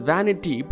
Vanity